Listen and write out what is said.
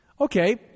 Okay